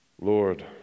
Lord